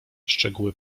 szczegóły